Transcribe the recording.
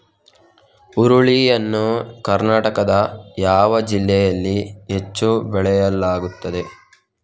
ಹುರುಳಿ ಯನ್ನು ಕರ್ನಾಟಕದ ಯಾವ ಜಿಲ್ಲೆಯಲ್ಲಿ ಹೆಚ್ಚು ಬೆಳೆಯಲಾಗುತ್ತದೆ?